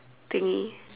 thingy